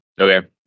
Okay